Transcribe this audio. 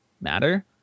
matter